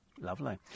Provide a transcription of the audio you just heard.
Lovely